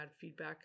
feedback